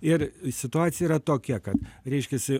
ir situacija yra tokia kad reiškiasi